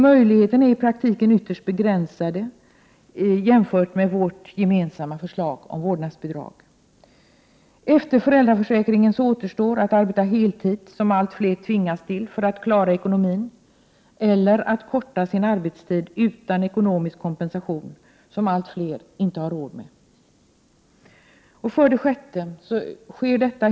Möjligheterna i praktiken är alltså ytterst begränsade jämfört med vårt gemensamma förslag om vårdnadsbidrag. Efter föräldraförsäkringen återstår att arbeta heltid, som allt fler tvingas till för att klara ekonomin, eller att förkorta sin arbetstid utan ekonomisk kompensation, som allt fler inte har råd med. 6.